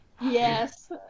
Yes